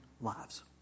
lives